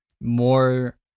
more